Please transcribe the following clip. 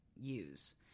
use